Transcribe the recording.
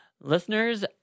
listeners